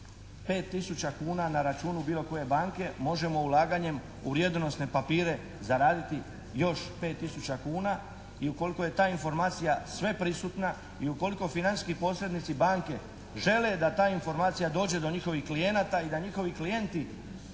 tisuća kuna na računu bilo koje banke možemo ulaganjem u vrijednosne papire zaraditi još pet tisuća kuna i ukoliko je ta informacija sve prisutna i ukoliko financijski posrednici banke žele da ta informacija dođe do njihovih klijenata i da njihovi klijenti